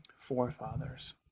forefathers